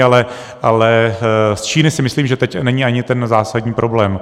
Ale z Číny si myslím, že teď není ani ten zásadní problém.